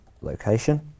location